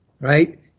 Right